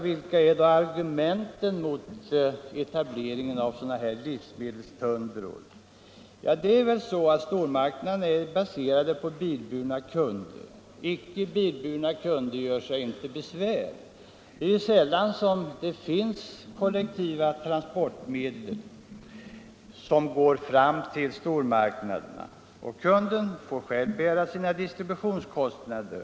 Vilka är då argumenten mot dessa livsmedelstundror? Ja, stormarknaderna är ju baserade på bilburna kunder — icke bilburna kunder göre sig inte besvär. Några kollektiva transportmedel finns sällan. Kunden får själv bära sina distributionskostnader.